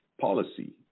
policy